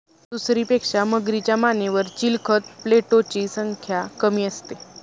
सुसरीपेक्षा मगरीच्या मानेवर चिलखत प्लेटोची संख्या कमी असते